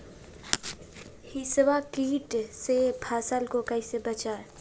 हिसबा किट से फसल को कैसे बचाए?